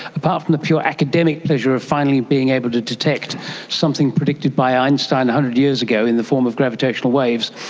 apart from the pure academic pleasure of finally being able to detect something predicted by einstein one hundred years ago in the form of gravitational waves,